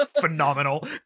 phenomenal